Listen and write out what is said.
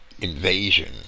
invasion